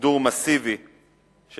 גם